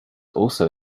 also